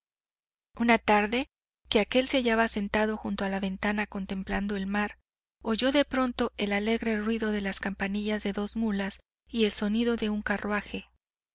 una tarde que aquel se hallaba sentado junto a la ventana contemplando el mar oyó de pronto el alegre ruido de las campanillas de dos mulas y el sonido de un carruaje